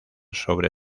sobre